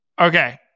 Okay